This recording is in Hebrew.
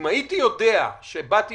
אם הייתי יודע שבאתי